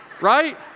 right